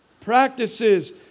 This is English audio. practices